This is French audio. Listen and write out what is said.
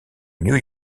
new